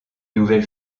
nouvelle